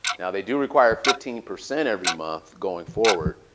now, they do require fifteen percent every month going forward,